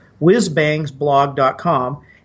whizbangsblog.com